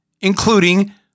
including